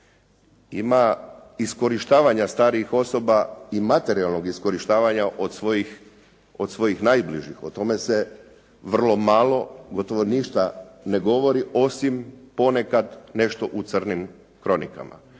Ima iskorištavanja starih osoba i materijalnog iskorištavanja od svojih najbližih. O tome se vrlo malo, gotovo ništa ne govori, osim ponekad nešto u crnim kronikama.